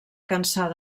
cansar